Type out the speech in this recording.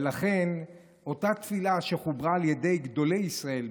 ולכן אותה תפילה שחוברה על ידי גדולי ישראל,